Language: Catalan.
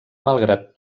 malgrat